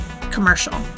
commercial